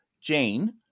Jane